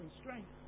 strength